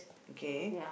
okay